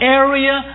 area